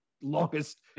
longest